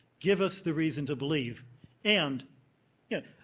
give us the reason to believe and yeah